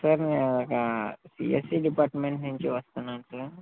sir నేను ఒక CSE department నుంచి వస్తున్నాను సార్